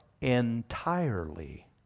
entirely